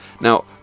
Now